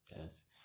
Yes